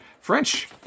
French